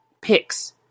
picks